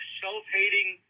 self-hating